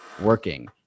working